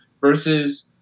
versus